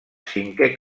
cinquè